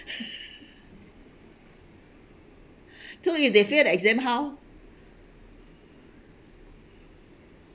told you they failed the exam how